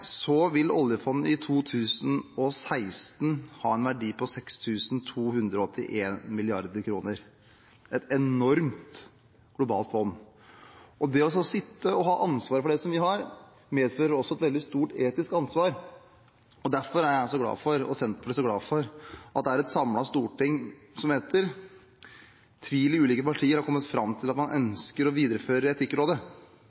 vil oljefondet i 2016 ha en verdi på 6 281 mrd. kr – et enormt, globalt fond. Det å sitte og ha det ansvaret som vi har, medfører også et veldig stort etisk ansvar. Derfor er jeg og Senterpartiet så glad for at det er et samlet storting som – etter tvil i ulike partier – har kommet fram til at man